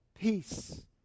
Peace